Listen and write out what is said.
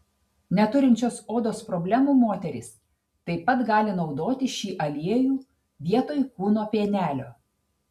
neturinčios odos problemų moterys taip pat gali naudoti šį aliejų vietoj kūno pienelio